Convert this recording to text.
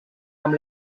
amb